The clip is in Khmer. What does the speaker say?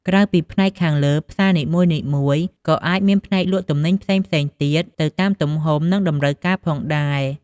ក្រៅពីផ្នែកខាងលើ ផ្សារនីមួយៗក៏អាចមានផ្នែកលក់ទំនិញផ្សេងៗទៀតទៅតាមទំហំ និងតម្រូវការផងដែរ។